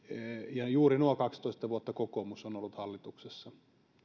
ja juuri nuo kaksitoista vuotta kokoomus on ollut hallituksessa